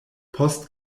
post